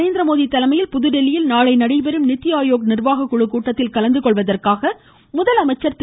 நரேந்திரமோடி தலைமையில் புதுதில்லியில் நாளை நடைபெறும் நித்தி ஆயோக் நிர்வாக குழு கூட்டத்தில் கலந்து கொள்வதற்காக முதலமைச்சர் திரு